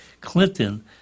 Clinton